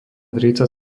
tridsať